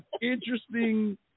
interesting